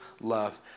love